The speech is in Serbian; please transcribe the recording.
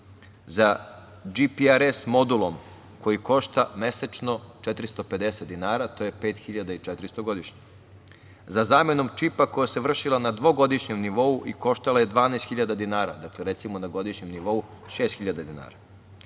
Za DžPRS modulom, koji košta mesečno 450 dinara, to je 5.400 dinara godišnje. Za zamenom čipa koja se vršila na dvogodišnjem nivou i koštala je 12.000 dinara, dakle recimo na godišnjem nivou 6.000 dinara. Ušteda